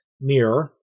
mirror